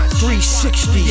360